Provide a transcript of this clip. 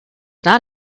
not